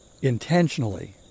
intentionally